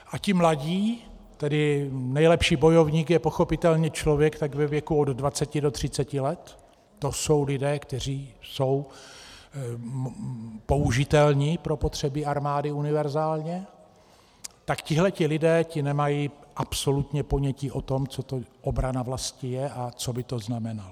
A ti mladí tedy nejlepší bojovník je pochopitelně člověk tak ve věku od 20 do 30 let to jsou lidé, kteří jsou použitelní pro potřeby armády univerzálně, tak tihle lidé nemají absolutně ponětí o tom, co to obrana vlasti je a co by to znamenalo.